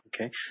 Okay